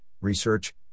research